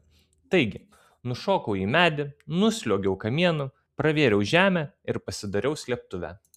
taigi nušokau į medį nusliuogiau kamienu pravėriau žemę ir pasidariau slėptuvę